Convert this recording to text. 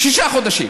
שישה חודשים